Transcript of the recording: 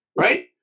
right